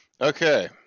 Okay